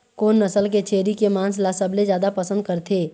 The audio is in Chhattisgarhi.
कोन नसल के छेरी के मांस ला सबले जादा पसंद करथे?